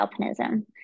alpinism